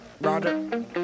Roger